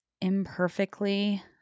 imperfectly